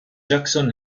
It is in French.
jackson